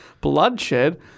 bloodshed